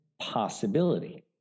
possibility